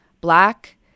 black